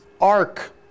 ark